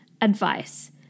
advice